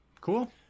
Cool